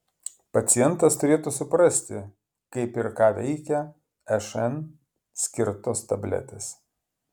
pacientas turėtų suprasti kaip ir ką veikia šn skirtos tabletės